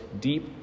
deep